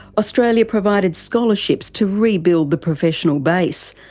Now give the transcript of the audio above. australia provided scholarships to rebuild the professional base,